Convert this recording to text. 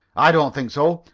i don't think so.